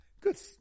Good